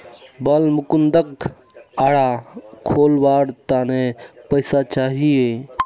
बालमुकुंदक आरा मिल खोलवार त न पैसा चाहिए